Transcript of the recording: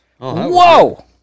whoa